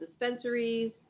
dispensaries